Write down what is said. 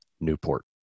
Newport